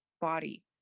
body